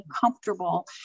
comfortable